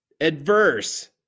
adverse